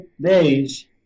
days